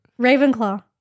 Ravenclaw